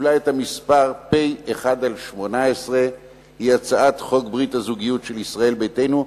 וקיבלה את המספר פ/1/18 היא הצעת חוק ברית הזוגיות של ישראל ביתנו,